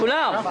כולם.